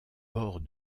port